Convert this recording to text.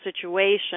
situation